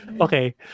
Okay